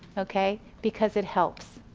okay. because it helps.